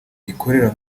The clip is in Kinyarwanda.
gikorera